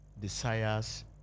Desires